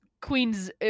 Queens